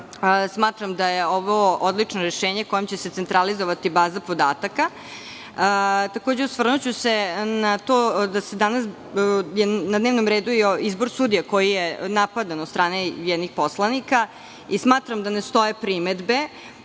smatram da je ovo odlično rešenje kojim će se centralizovati baza podataka. Takođe, osvrnuću se na to da je danas na dnevnom redu izbor sudija koji je napadan od strane nekih poslanika i smatram da ne stoje primedbe.